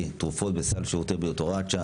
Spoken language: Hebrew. (תרופות בסל שירותי הבריאות) (הוראת שעה),